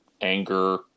anger